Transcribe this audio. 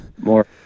More